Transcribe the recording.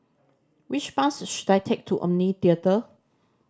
which bus should I take to Omni Theatre